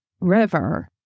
river